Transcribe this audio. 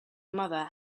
mother